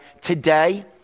today